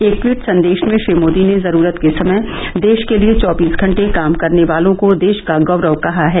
एक ट्वीट संदेश में श्री मोदी ने जरूरत के समय देश के लिए चौबीस घंटे काम करने वालों को देश का गौरव कहा है